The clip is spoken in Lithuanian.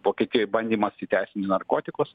vokietijoj bandymas įteisint narkotikus